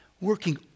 working